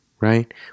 right